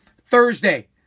Thursday